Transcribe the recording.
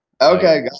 Okay